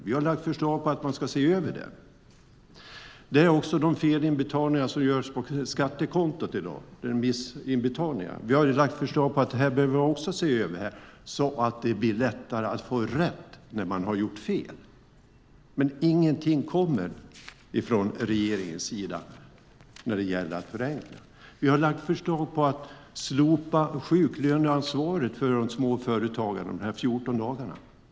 Vi har förslag på att man ska se över det. Det handlar också om de felinbetalningar som i dag görs på skattekontot där man missat inbetalningen. Det behöver man också se över så att det blir lättare att få rätt när man har gjort fel. Men ingenting kommer från regeringens sida när det gäller att förenkla. Vi har lagt fram förslag om att slopa sjuklöneansvaret de första 14 dagarna för småföretagarna.